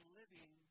living